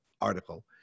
article